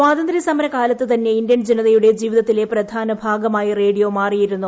സ്വാതന്ത്ര്യ സമരകാലത്ത് തന്നെ ഇന്ത്യൻ ജനതയുടെ ജീവിതത്തിലെ പ്രധാന ഭാഗമായി റേഡിയോ മാറിയിരുന്നു